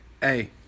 hey